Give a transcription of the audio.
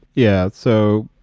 yeah. so,